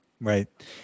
Right